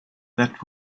that